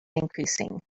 increasing